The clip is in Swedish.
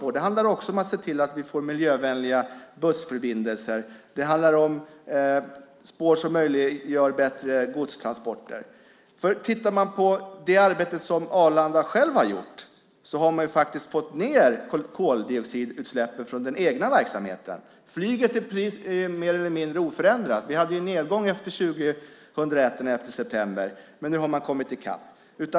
Det handlar också om att vi får miljövänliga bussförbindelser och spår som möjliggör bättre godstransporter. Om man tittar på det arbete som Arlanda själv gjort visar det sig att de fått ned koldioxidutsläppen från den egna verksamheten. Flyget är mer eller mindre oförändrat. Vi hade en nedgång efter den 11 september 2001, men nu har vi kommit i kapp.